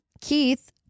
keith